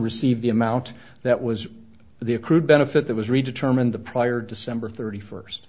receive the amount that was the accrued benefit that was read to term in the prior december thirty first